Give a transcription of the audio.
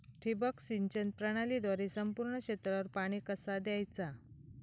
ठिबक सिंचन प्रणालीद्वारे संपूर्ण क्षेत्रावर पाणी कसा दयाचा?